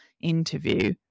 interview